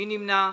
מי נמנע?